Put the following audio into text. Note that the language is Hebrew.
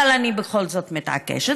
אבל אני בכל זאת מתעקשת,